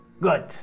Good